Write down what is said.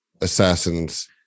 assassins